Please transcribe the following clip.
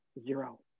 zero